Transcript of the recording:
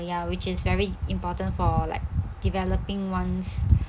ya which is very important for like developing ones